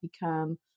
become